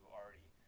already